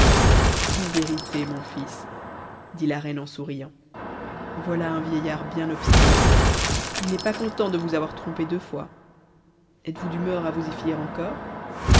en vérité mon fils dit la reine en souriant voilà un vieillard bien obstiné il n'est pas content de vous avoir trompé deux fois êtes-vous d'humeur à vous y fier encore